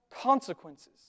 consequences